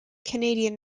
canadian